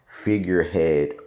figurehead